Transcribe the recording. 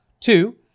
Two